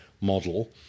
model